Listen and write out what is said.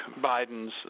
Biden's